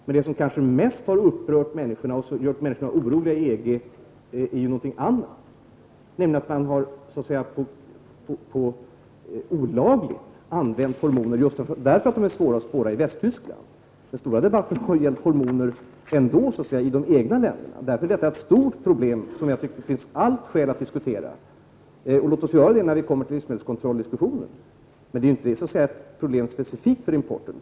Men det som kanske mest har upprört människorna och gjort dem oroliga inom EG är att man i Västtyskland olagligt använt hormoner just därför att de är svåra att spåra. Den stora debatten om hormoner sker i de enskilda länderna. Detta är ett stort problem som jag tycker att det finns allt skäl att diskutera, och låt oss göra det i samband med att vi diskuterar livsmedelskontrollen. Men detta är, som sagt, inte ett problem specifikt för importen.